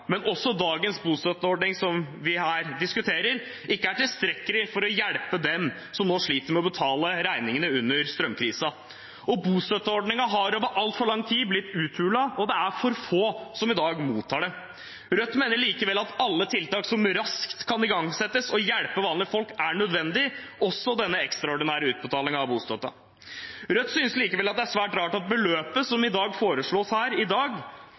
men også dagens bostøtteordning, som vi her diskuterer, ikke er tilstrekkelig for å hjelpe dem som nå sliter med å betale regningene under strømkrisen. Og bostøtteordningen har over altfor lang tid blitt uthulet, og det er for få som i dag mottar bostøtte. Rødt mener likevel at alle tiltak som raskt kan igangsettes og hjelpe vanlige folk, er nødvendig – også denne ekstraordinære utbetalingen av bostøtte. Rødt synes likevel det er svært rart at beløpet som foreslås her i dag, er halvert mot beløpet som ble vedtatt i